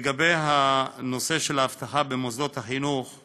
לגבי הנושא של האבטחה במוסדות החינוך,